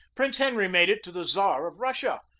prince henry made it to the czar of russia,